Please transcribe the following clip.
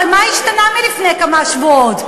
הרי מה השתנה מלפני כמה שבועות?